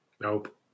Nope